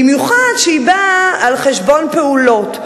במיוחד שהיא באה על חשבון פעולות.